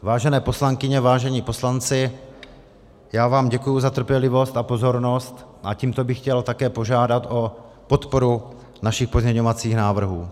Vážené poslankyně, vážení poslanci, já vám děkuji za trpělivost a pozornost a tímto bych chtěl také požádat o podporu našich pozměňovacích návrhů.